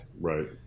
Right